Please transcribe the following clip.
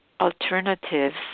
alternatives